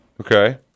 okay